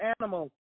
animal